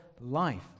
life